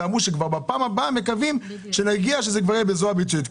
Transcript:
אמרו שבפעם הבאה מקווים שכאשר יגיעו זה יהיה כבר בזרוע ביצועית.